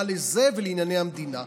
מה לזה ולענייני המדינה?